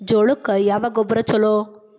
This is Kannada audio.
ಜೋಳಕ್ಕ ಯಾವ ಗೊಬ್ಬರ ಛಲೋ?